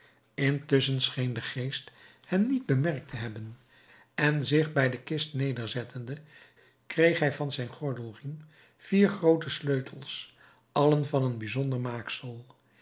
intusschen scheen de geest hen niet bemerkt te hebben en zich hij de kist nederzettende kreeg hij van zijn gordelriem vier groote sleutels allen van een bijzonder maaksel